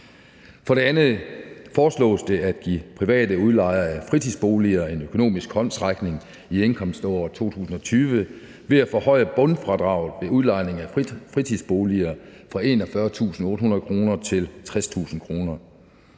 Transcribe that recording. For det andet foreslås det, at de private udlejere af fritidsboliger får en økonomisk håndsrækning i indkomståret 2020 ved at forhøje bundfradraget for udlejning af fritidsboliger fra 41.800 kr. til 60.000 kr.